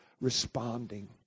responding